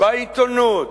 בעיתונות,